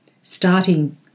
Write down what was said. starting